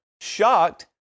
shocked